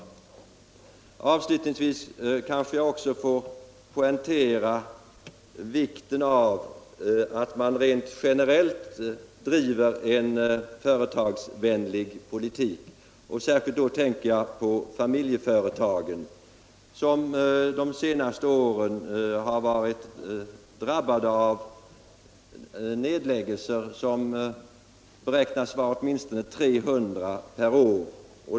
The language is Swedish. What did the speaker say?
Avslutningsvis kanske jag också får poängtera vikten av att man rent generellt driver en företagsvänlig politik. Särskilt tänker: jag då på familjeföretagen, som under de senaste åren har varit svårt drabbade av nedläggelser — dessa beräknas vara åtminstone 300 per år.